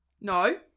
No